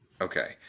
Okay